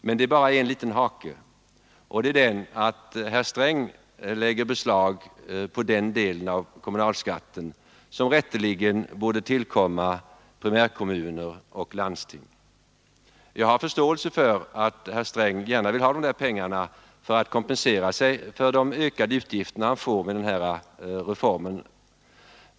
Men det är bara en liten hake, och det är den att herr Sträng lägger beslag på den delen av kommunalskatten som rätteligen borde tillkomma primärkommuner och landsting. Jag har förståelse för att herr Sträng gärna vill ha de pengarna för att kompensera sig för de ökade utgifter han får genom den här reformen.